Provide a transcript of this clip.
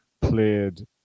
played